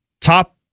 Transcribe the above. top